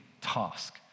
task